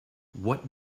what